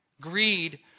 Greed